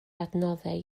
adnoddau